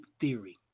theory